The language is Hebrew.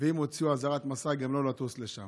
ואם הוציאו אזהרת מסע, גם לא לטוס לשם.